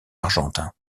argentin